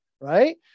Right